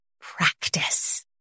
practice